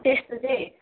त्यस्तो चाहिँ